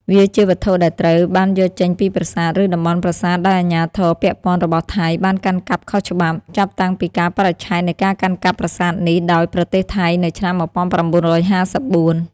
វាជាវត្ថុដែលត្រូវ បានយកចេញពីប្រាសាទឬតំបន់ប្រាសាទដោយអាជ្ញាធរពាក់ព័ន្ធរបស់ថៃបានកាន់កាប់ខុសច្បាប់ ចាប់តាំងពីកាលបរិច្ឆេទនៃការកាន់កាប់ប្រាសាទនេះដោយប្រទេសថៃ នៅឆ្នាំ១៩៥៤។